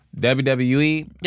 WWE